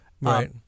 right